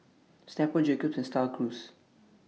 Snapple Jacob's and STAR Cruise